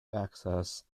access